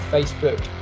Facebook